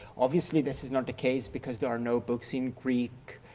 obviously, this is not the case because there are no books in greek,